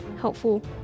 helpful